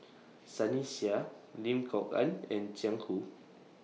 Sunny Sia Lim Kok Ann and Jiang Hu